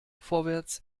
vorwärts